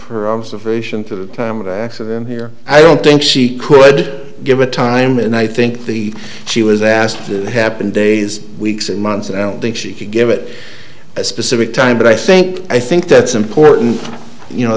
her observation for the time of the accident here i don't think she could give a time and i think the she was asked to happen days weeks and months and i don't think she could give it a specific time but i think i think that's important you know